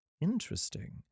Interesting